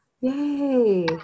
Yay